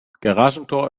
garagentor